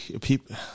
people